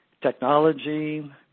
technology